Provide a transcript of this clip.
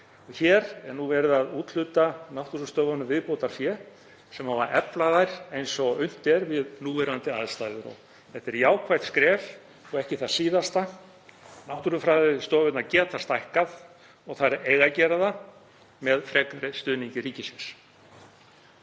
Hér er verið að úthluta náttúrustofunum viðbótarfé sem á að efla þær eins og unnt er við núverandi aðstæður. Þetta er jákvætt skref og ekki það síðasta. Náttúrustofurnar geta stækkað og þær eiga að gera það með frekari stuðningi ríkisins.